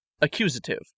Accusative